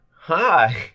Hi